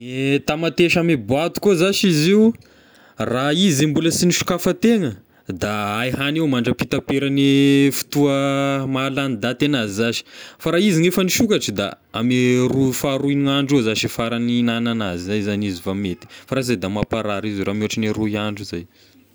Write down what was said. E tamatesy ame boaty koa zashy izy io raha izy mbola sy nosokafategna da hay hagny ao madrapa-pitaperagny fotoa mahalany daty anazy zashy, fa raha izy ny efa nisokatra da ame roy faharoy ny andro eo zashy faragny hihignanana azy, zay zagny izy vao mety fa raha sy zay da mamparary izy raha mihoatry ny roy andro zay.